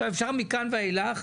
מכאן ואילך,